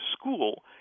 school